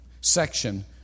section